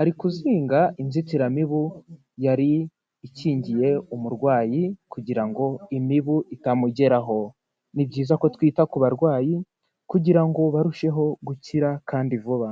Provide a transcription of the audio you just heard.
ari kuzinga inzitiramibu yari ikingiye umurwayi kugira ngo imibu itamugeraho. Ni byiza ko twita ku barwayi kugira ngo barusheho gukira kandi vuba.